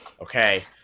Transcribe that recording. Okay